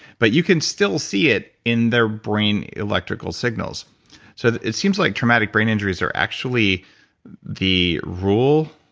but you can still see it in their brain electrical signals so it seems like traumatic brain injuries are actually the rule.